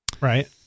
right